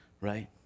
right